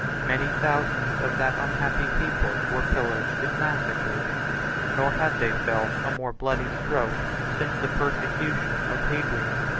many thousands of that unhappy people were pillaged and massacred nor had they felt a more bloody stroke since the persecution of hadrian.